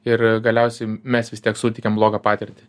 ir galiausiai mes vis tiek suteikiam blogą patirtį